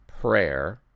prayer